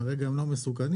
כרגע הם לא מסוכנים,